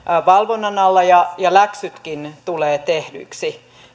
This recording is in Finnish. valvonnan alla ja ja läksytkin tulevat tehdyiksi